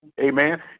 Amen